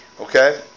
okay